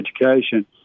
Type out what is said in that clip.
education